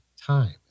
time